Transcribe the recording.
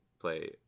play